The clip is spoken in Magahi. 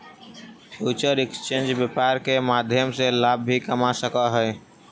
फ्यूचर एक्सचेंज व्यापार के माध्यम से लाभ भी कमा सकऽ हइ